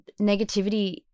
negativity